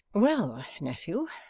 well, nephew,